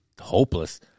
hopeless